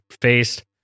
faced